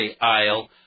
aisle